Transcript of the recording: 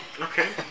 Okay